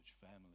family